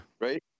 Right